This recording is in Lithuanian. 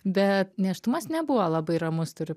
bet nėštumas nebuvo labai ramus turiu